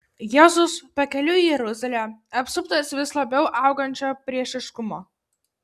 jėzus pakeliui į jeruzalę apsuptas vis labiau augančio priešiškumo